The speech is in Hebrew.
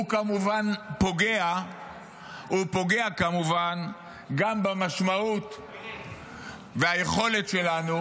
הוא פוגע כמובן גם במשמעות וביכולת שלנו